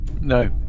No